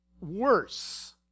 worse